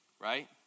right